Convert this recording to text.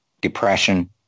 depression